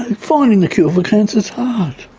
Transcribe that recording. and finding the cure for cancer is hard